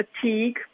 fatigue